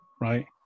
Right